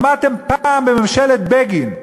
שמעתם פעם בממשלת בגין,